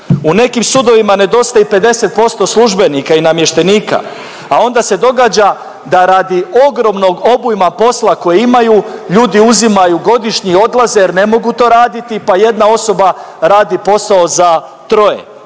U nekim sudovima nedostaje i 50% službenika i namještenika, a onda se događa da radi ogromnog obima posla koji imaju ljudi uzimaju godišnji i odlaze jer ne mogu to raditi pa jedna osoba radi posao za troje.